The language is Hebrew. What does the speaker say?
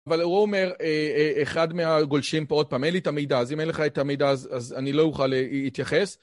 אבל הוא אומר, אחד מהגולשים פה עוד פעם אין לי את המידע, אז אם אין לך את המידע אז אני לא אוכל להתייחס